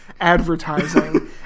advertising